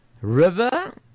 River